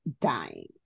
dying